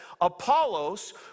Apollos